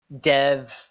dev